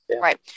Right